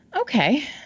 Okay